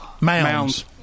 Mounds